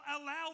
allow